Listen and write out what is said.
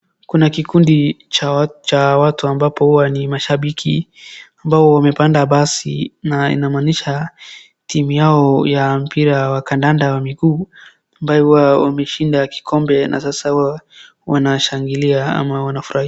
Kuna kikundi cha watu ambapo huwa ni mashambiki ambao wamepanda basi na inamaanisha timu yao ya mpira wa kandada wa miguu ambayo huwa wameshida kikombe na sasa wanashangilia ama wanafurahia.